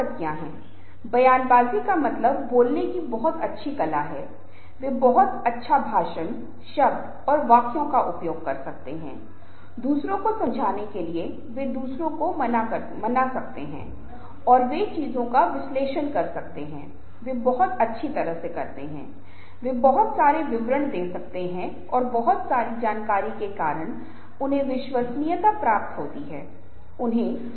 तो ये गुण हैं और ये संचार कौशल हैं केवल बहुत जोर से और बहुत आक्रामक तरीके से बोलने का मतलब यह नहीं है कि एक व्यक्ति दूसरे को मना सकता है यदि कोई व्यक्ति बहुत जोर से और आक्रामक तरीके से बोल रहा है क्योंकि कुछ लोग सोचते हैं कि अगर मैं कुछ बहुत मुखर और आक्रामक तरीके से बोल रहा हूं तो लोग आश्वस्त हो जाएंगे ऐसा नहीं है